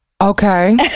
Okay